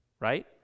Right